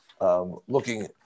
looking